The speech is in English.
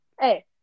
Hey